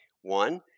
One